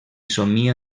somia